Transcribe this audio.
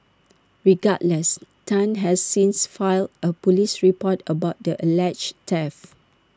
regardless Tang has since filed A Police report about the alleged theft